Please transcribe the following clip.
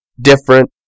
different